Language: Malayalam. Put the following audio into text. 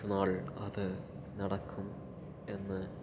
ഒരുനാൾ അത് നടക്കും എന്ന്